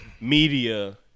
media